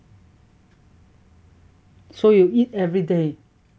so you eat everyday